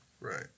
Right